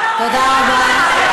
תודה רבה.